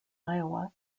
iowa